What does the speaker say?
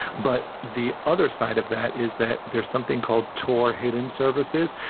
but the other side of that is that there's something called tore hidden services.